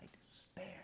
despair